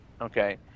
okay